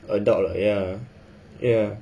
adult lah ya ya